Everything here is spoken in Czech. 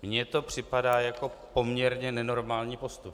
Mně to připadá jako poměrně nenormální postup.